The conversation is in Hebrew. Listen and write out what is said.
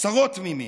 עשרות תמימים,